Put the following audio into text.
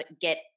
get